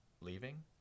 leaving